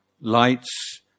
lights